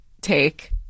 take